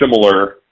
similar